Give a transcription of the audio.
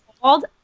called